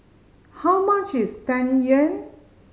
how much is Tang Yuen